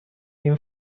این